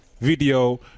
video